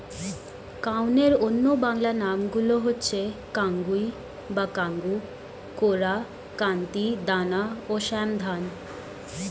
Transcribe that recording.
কাউনের অন্য বাংলা নামগুলো হচ্ছে কাঙ্গুই বা কাঙ্গু, কোরা, কান্তি, দানা ও শ্যামধাত